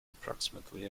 approximately